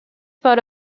part